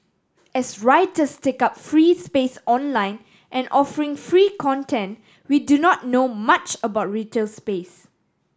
as writers take up free space online and offering free content we do not know much about retail space